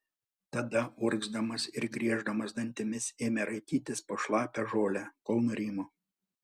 tada urgzdamas ir grieždamas dantimis ėmė raitytis po šlapią žolę kol nurimo